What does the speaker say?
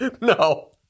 No